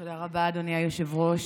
תודה רבה, אדוני היושב-ראש.